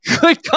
Good